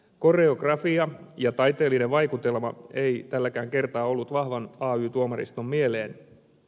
koreografia ja taiteellinen vaikutelma ei tälläkään kertaa ollut vahvan ay tuomariston mieleen